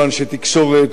לא אנשי תקשורת,